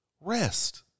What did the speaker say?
Rest